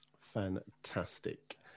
fantastic